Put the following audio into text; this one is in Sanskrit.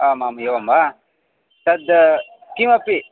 आम् आम् एवं वा तद् किमपि